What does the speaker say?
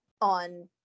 on